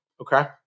Okay